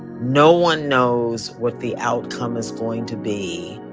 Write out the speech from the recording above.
no one knows what the outcome is going to be.